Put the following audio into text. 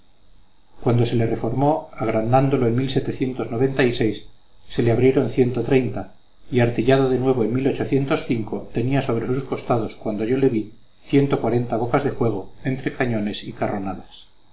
cuando se le reformó agradándolo en se le abrieron y artillado de nuevo en tenía sobre sus costados cuando yo le vi ciento cuarenta bocas de fuego entre cañones y carronadas